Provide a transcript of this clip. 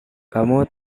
kamu